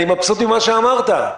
אני מבסוט ממה שאמרת,